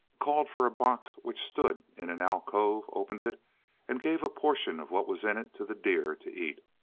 called for a box which stood in an alcove, opened it and gave a portion of what was in it to the deer to eat.